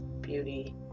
beauty